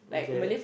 okay